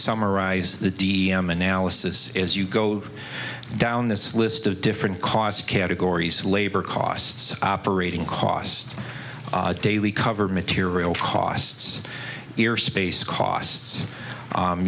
summarize the d m analysis as you go down this list of different cost categories labor costs operating costs daily cover material costs air space costs